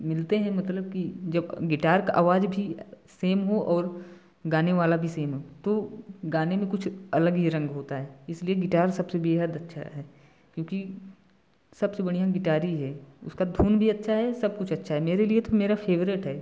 मिलते हैं मतलब कि जब गिटार का आवाज भी सेम हो और गाने वाला भी सेम हो तो गाने में कुछ अलग ही रंग होता है इसलिए गिटार सबसे बेहद अच्छा है क्योंकि सबसे बढ़िया गिटार ही है उसका धुन भी अच्छा है सब कुछ अच्छा है मेरे लिए तो मेरा फ़ेवरेट है